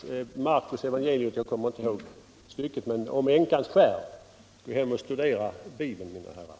I Markus evangelium talas det om änkans skärv. Gå hem och studera Bibeln, mina herrar!